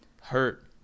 Hurt